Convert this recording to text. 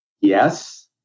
Yes